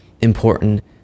important